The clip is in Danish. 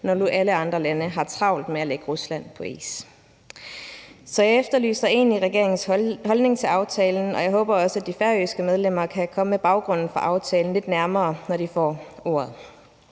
nu alle andre lande har travlt med at lægge Rusland på is. Så jeg efterlyser egentlig regeringens holdning til aftalen, og jeg håber også, at de færøske medlemmer kan komme baggrunden for aftalen lidt nærmere,